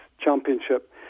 championship